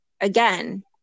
again